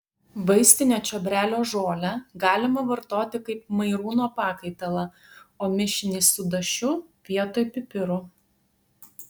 vaistinio čiobrelio žolę galima vartoti kaip mairūno pakaitalą o mišinį su dašiu vietoj pipirų